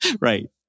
Right